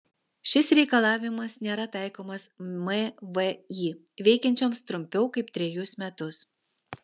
šis reikalavimas nėra taikomas mvį veikiančioms trumpiau kaip trejus metus